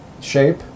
shape